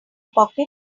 pocket